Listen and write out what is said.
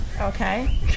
Okay